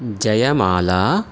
जयमाला